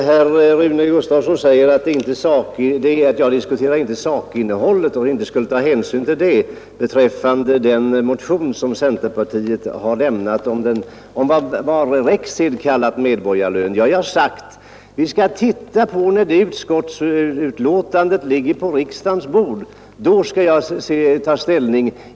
Herr talman! Rune Gustavsson gör gällande att vi inte skulle ta hänsyn till sakinnehållet i den motion som centerpartiet har väckt om vad som' med Rexeds beteckning kan kallas medborgarlön. Jag har sagt att vi skall diskutera den frågan när utskottsbetänkandet ligger på riksdagens bord. Då skall jag ta ställning.